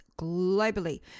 globally